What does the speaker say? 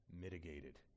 mitigated